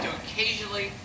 occasionally